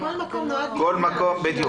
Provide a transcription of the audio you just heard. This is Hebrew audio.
"כל מקום" נועד בשביל זה.